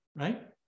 right